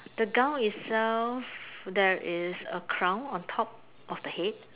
the gown itself there is a crown on top of the head